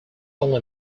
only